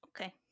Okay